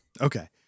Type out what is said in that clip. Okay